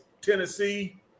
Tennessee